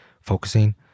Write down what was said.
focusing